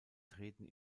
treten